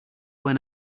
when